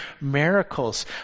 miracles